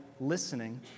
listening